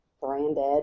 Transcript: Branded